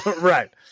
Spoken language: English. Right